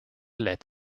let